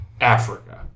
Africa